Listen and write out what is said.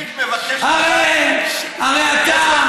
הרי אתה,